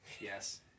yes